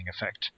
effect